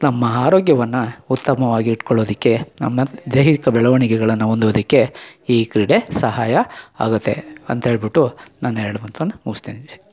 ನಮ್ಮ ಆರೋಗ್ಯವನ್ನು ಉತ್ತಮವಾಗಿ ಇಟ್ಕೊಳ್ಳೋದಕ್ಕೆ ನಮ್ಮ ದೈಹಿಕ ಬೆಳವಣಿಗೆಗಳನ್ನು ಹೊಂದುವುದಕ್ಕೆ ಈ ಕ್ರೀಡೆ ಸಹಾಯ ಆಗುತ್ತೆ ಅಂತೇಳಿಬಿಟ್ಟು ನನ್ನ ಎರಡು ಮಾತನ್ನು ಮುಗಿಸ್ತೇನೆ ಜೈ